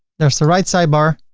there's the right sidebar